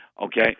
Okay